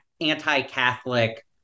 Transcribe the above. anti-Catholic